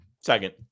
Second